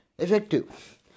effective